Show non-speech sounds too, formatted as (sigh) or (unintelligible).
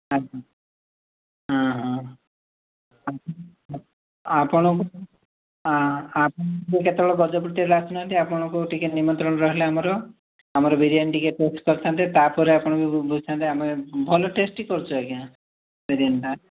ଆଜ୍ଞା ହଁ ହଁ (unintelligible) ଆପଣଙ୍କୁ (unintelligible) କେତେବେଳେ ଗଜପତିଆଡ଼େ ଆସୁନାହାନ୍ତି ଆପଣଙ୍କୁ ଟିକିଏ ନିମନ୍ତ୍ରଣ ରହିଲା ଆମର ଆମର ବିରିୟାନୀ ଟିକିଏ ଟେଷ୍ଟ୍ କରିଥାନ୍ତେ ତା'ପରେ ଆପଣ ବୁଝିଥାନ୍ତେ ଆମେ ଭଲ ଟେଷ୍ଟ୍ ହିଁ କରୁଛୁ ଆଜ୍ଞା ବିରିୟାନୀଟା